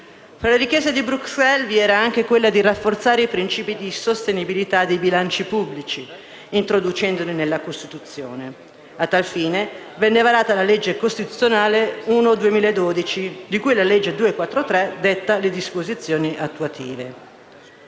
Fra le richieste di Bruxelles, vi era anche quella di rafforzare i principi di sostenibilità dei bilanci pubblici, introducendoli nella Costituzione. A tal fine, venne varata la legge costituzionale n. 1 del 2012, di cui la legge n. 243 detta le disposizioni attuative.